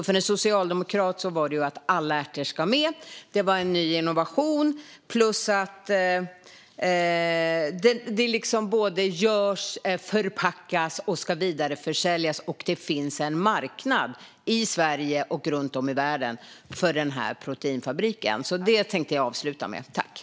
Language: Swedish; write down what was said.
För en socialdemokrat var det alltså bra för att alla ärtor ska med, för att det var en ny innovation, för att detta både görs, förpackas och ska vidareförsäljas i Sverige och för att det finns en marknad i Sverige och runt om i världen för den här proteinfabriken. Det tänkte jag avsluta med att säga.